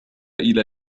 إلى